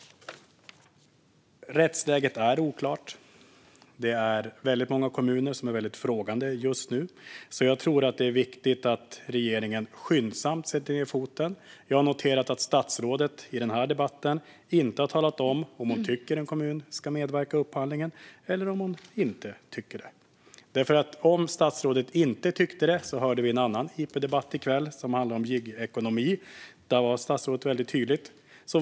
Rättsläget är oklart. Det är många kommuner som är väldigt frågande just nu. Det är viktigt att regeringen skyndsamt sätter ned foten. Jag har noterat att statsrådet i den här debatten inte har sagt om hon tycker att en kommun ska medverka i upphandlingen eller om hon inte tycker det. Om statsrådet inte tyckte det hörde vi en annan interpellationsdebatt i kväll som handlade om gigekonomi. Där var statsrådet väldigt tydlig.